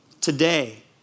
Today